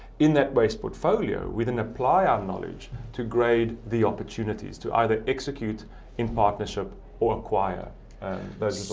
in that waste portfolio, we then apply our knowledge to grade the opportunities to either execute in partnership or acquire those